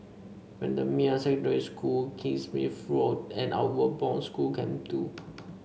Bendemeer Secondary School Kingsmead Road and Outward Bound School Camp Two